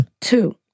Two